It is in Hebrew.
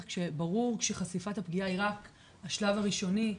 כשברור שחשיפת הפגיעה היא רק השלב הראשוני,